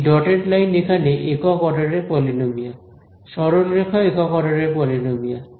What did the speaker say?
এই dotted line এখানে একক অর্ডারের পলিনোমিয়াল সরলরেখাও একক অর্ডারের পলিনোমিয়াল